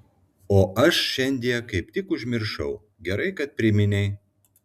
o aš šiandie kaip tik užmiršau gerai kad priminei